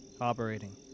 Operating